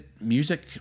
music